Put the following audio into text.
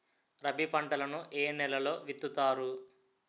రబీ పంటలను ఏ నెలలో విత్తుతారు?